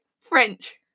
French